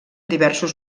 diversos